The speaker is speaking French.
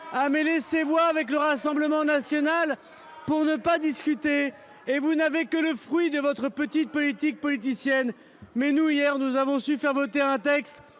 a mêlé ses voix à celles du Rassemblement national pour ne pas discuter du texte. Vous n’obtenez que le fruit de votre petite politique politicienne. Mais nous, hier, nous avons su faire adopter un texte,